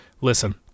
listen